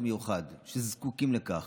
מסתכנים יום-יום בשביל יישוב הארץ,